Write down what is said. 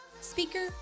speaker